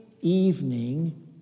evening